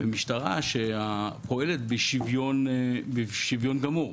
ומשטרה שפועלת בשוויון גמור.